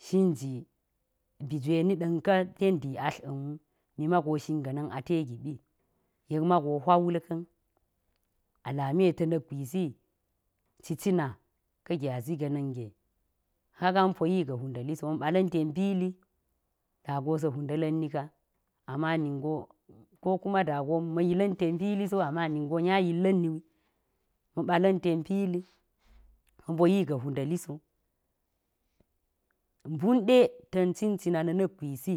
To shin ji bi jwe ni ɗa̱nka ten dii atla̱n wu mi mago shin ga̱na̱n ate giɓi, yek mago hwa wul ka̱n. A lami ta̱ na̱k gwisi cicina ka̱ gyazi ga̱na̱n ge, kaga ma̱ poyi ga̱ hwuda̱li so ma̱ ɓala̱n ten pili. Da go sa̱ hwuda̱la̱nni ka, amma ningo ko kuma da go ma̱ yila̱n ten pili so amma ningo nya yilla̱nni wi. Ma̱ ɓala̱n ten pili ma̱ poyi ga̱ hwuda̱li so. Mbun ɗe ta̱n cincina na̱ na̱k gwisi,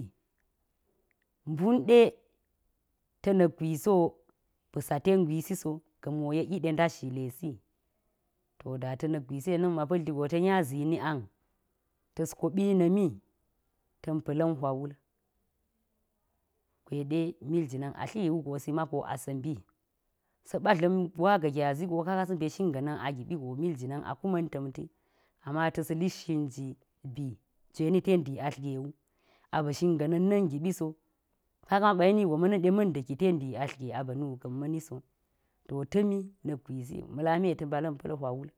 mbun ɗe ta̱ na̱k gwisi wo ba̱sa ten gwisi so, ga̱mi yek yi ɗe ndat zhilesi. To da ta̱ na̱k gwisi ɗe na̱mma pa̱lti go ta̱ nya zini ang ata̱ koɓi na̱ ta̱n pa̱la̱n hwa wul gwe ɗe mil jina̱n a tli wugo si mago asa̱ mbi sa̱ ɓa dla̱m nwa ga̱ gyazi go, kaga sa̱ mbe shin ga̱na̱n a giɓi go mil jina̱n a kuma̱n ta̱mti ama ta̱s shin bi jwe ni ten dii atl ge wu aba̱ shin ga̱na̱n na̱n giɓi so, kaga ma̱ ɓa yeni go ma̱na̱n ɗe ma̱nda̱ki ten dii atl ge ba̱ nuka̱nni so. To ta̱mi na̱k gwisi ma̱ lami ɗe ta̱ mbala̱n pa̱l hwa wul.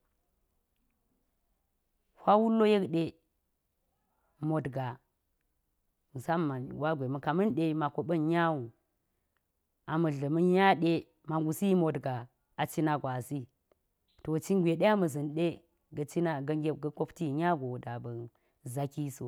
Hwa wul wo yek ɗe motgaa musamman nwa gwe ma̱ kama̱n ɗe ma koɓa̱n nya wu, amma̱ dla̱ma̱n nya ɗe ma̱ ngusi motgaa a cina gwasi to cin gwe amma̱ za̱n ɗe ga̱ cina ga̱ kopti nya go zako so.